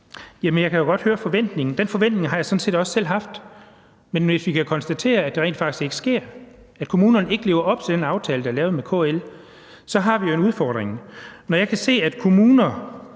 det. Det er en forventning, som jeg sådan set også selv har haft. Men hvis vi kan konstatere, at det rent faktisk ikke sker, fordi kommunerne ikke lever op til den aftale, der er lavet med KL, har vi jo en udfordring. Jeg kan se, at der